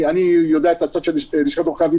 אני יודע את הצד של לשכת עורכי הדין